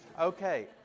Okay